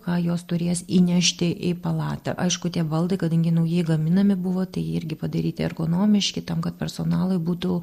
ką jos turės įnešti į palatą aišku tie baldai kadangi naujai gaminami buvo tai irgi padaryti ergonomiški tam kad personalui būtų